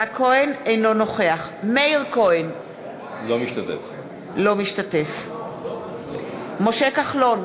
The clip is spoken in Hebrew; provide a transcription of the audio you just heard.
מאיר כהן, אינו משתתף בהצבעה משה כחלון,